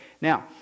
Now